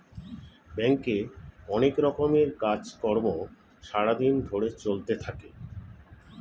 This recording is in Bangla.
ব্যাংকে অনেক রকমের কাজ কর্ম সারা দিন ধরে চলতে থাকে